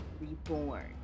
reborn